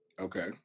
Okay